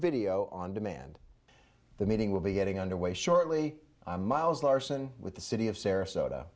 video on demand the meeting will be getting underway shortly miles larson with the city of sarasota